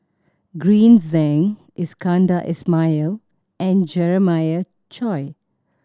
Green Zeng Iskandar Ismail and Jeremiah Choy